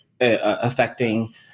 affecting